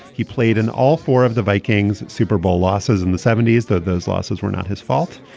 he played in all four of the vikings super bowl losses in the seventy s, though those losses were not his fault.